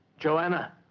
Joanna